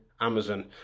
amazon